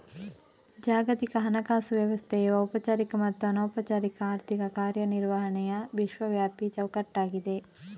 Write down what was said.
ಜಾಗತಿಕ ಹಣಕಾಸು ವ್ಯವಸ್ಥೆಯು ಔಪಚಾರಿಕ ಮತ್ತು ಅನೌಪಚಾರಿಕ ಆರ್ಥಿಕ ಕಾರ್ಯ ನಿರ್ವಹಣೆಯ ವಿಶ್ವವ್ಯಾಪಿ ಚೌಕಟ್ಟಾಗಿದೆ